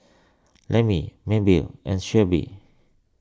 Lemmie Mabell and Sheryll